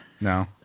No